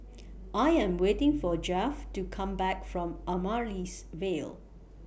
I Am waiting For Geoff to Come Back from Amaryllis Ville